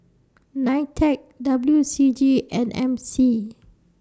NITEC W C G and M C